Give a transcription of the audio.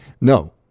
No